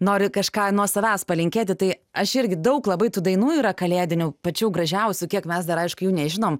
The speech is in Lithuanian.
nori kažką nuo savęs palinkėti tai aš irgi daug labai tų dainų yra kalėdinių pačių gražiausių kiek mes dar aišku jų nežinom